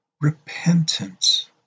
repentance